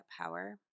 power